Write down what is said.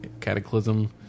Cataclysm